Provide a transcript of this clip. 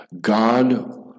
God